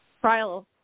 trial